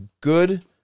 good